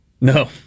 No